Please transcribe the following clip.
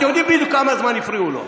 אתם יודעים בדיוק כמה זמן הפריעו לו.